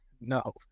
no